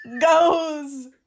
goes